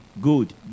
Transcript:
Good